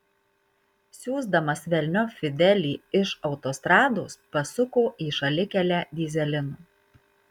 siųsdamas velniop fidelį iš autostrados pasuko į šalikelę dyzelino